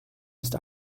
ist